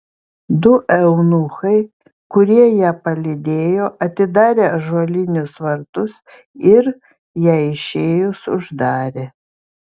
du eunuchai kurie ją palydėjo atidarė ąžuolinius vartus ir jai išėjus uždarė